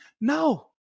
No